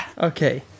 Okay